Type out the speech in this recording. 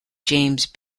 james